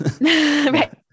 Right